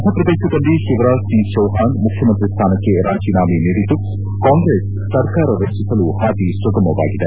ಮಧ್ಯಪ್ರದೇಶದಲ್ಲಿ ಶಿವರಾಜ್ ಸಿಂಗ್ ಚೌಹಾಣ್ ಮುಖ್ಯಮಂತ್ರಿ ಸ್ಥಾನಕ್ಕೆ ರಾಜೀನಾಮೆ ನೀಡಿದ್ದು ಕಾಂಗ್ರೆಸ್ ಸರ್ಕಾರ ರಚಿಸಲು ಹಾದಿ ಸುಗಮವಾಗಿದೆ